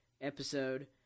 episode